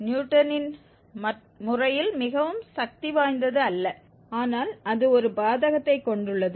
நியூட்டனின் முறையில் மிகவும் சக்தி வாய்ந்தது அல்ல ஆனால் அது ஒரு பாதகத்தைக் கொண்டுள்ளது